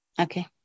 Okay